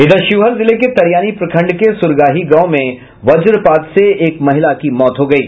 इधर शिवहर जिले के तरियानी प्रखंड के सुरगाही गांव में वजपात से एक महिला की मौत हो गयी